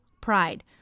pride